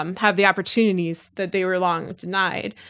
um have the opportunities that they were long denied.